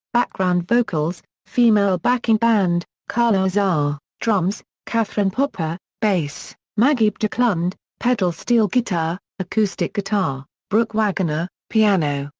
background vocals female backing band carla azar drums catherine popper bass maggie bjorklund pedal steel guitar, acoustic guitar brooke waggoner piano,